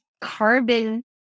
carbon